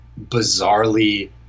bizarrely